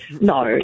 No